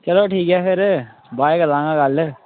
चलो ठीक ऐ फिर बाद च करांगा गल्ल